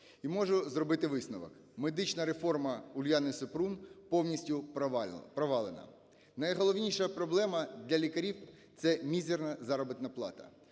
і можу зробити висновок: медична реформа Уляни Супрун повністю провалена. Найголовніша проблема для лікарів – це мізерна заробітна плата.